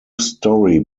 story